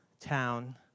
town